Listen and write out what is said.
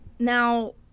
now